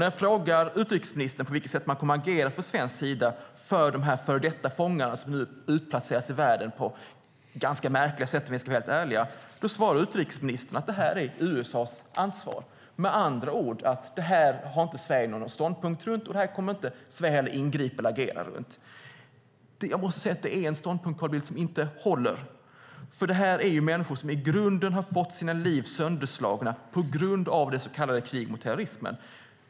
När jag frågar utrikesministern på vilket sätt man från svensk sida kommer att agera för dessa före detta fångar som utplacerats i världen på, om vi ska vara ärliga, ganska märkliga sätt svarar utrikesministern att det är USA:s ansvar, med andra ord att Sverige inte har någon ståndpunkt beträffande dem och att Sverige inte heller kommer att ingripa eller på annat sätt agera. Jag måste säga att det är en ståndpunkt som inte håller, Carl Bildt, för det handlar om människor som fått sina liv sönderslagna på grund av det så kallade kriget mot terrorism.